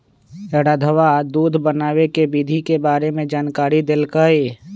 रधवा दूध बनावे के विधि के बारे में जानकारी देलकई